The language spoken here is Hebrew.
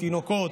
תינוקות,